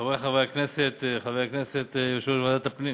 חברי חברי הכנסת, חבר הכנסת, יושב-ראש ועדת הפנים,